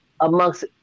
amongst